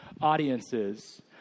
Audiences